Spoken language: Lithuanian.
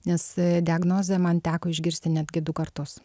nes diagnozę man teko išgirsti netgi du kartus